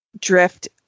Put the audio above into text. drift